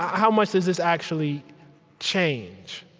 how much does this actually change?